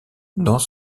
dans